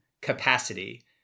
capacity